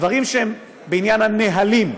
דברים שהם בעניין הנהלים.